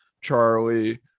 Charlie